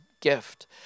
gift